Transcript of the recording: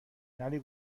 نری